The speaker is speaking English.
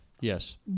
Yes